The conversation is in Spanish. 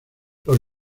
los